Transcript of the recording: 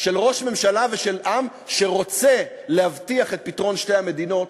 של ראש ממשלה ושל עם שרוצים להבטיח את פתרון שתי המדינות,